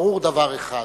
ברור דבר אחד: